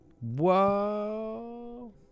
Whoa